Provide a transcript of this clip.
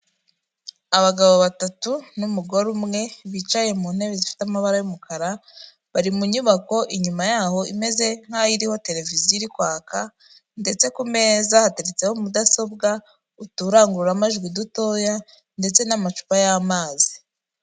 Abagabo batatu n'umugore umwe, bicaye mu ntebe zifite amabara y'umukara, bari mu nyubako inyuma yaho imeze nk'aho iriho televiziyo iri kwaka ndetse ku meza hateretseho mudasobwa, uturangururamajwi dutoya ndetse n'amacupa y'amazi.